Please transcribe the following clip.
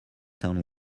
town